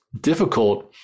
difficult